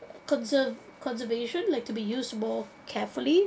conserved conservation like to be used more carefully